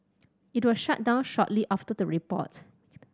it was shut down shortly after the report